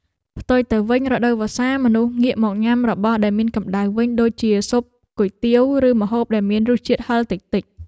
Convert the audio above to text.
ផ្ទុយទៅវិញរដូវវស្សាមនុស្សងាកមកញ៉ាំរបស់ដែលមានកម្តៅវិញដូចជាស៊ុបគុយទាវ ឬម្ហូបដែលមានរសជាតិហឹរតិចៗ។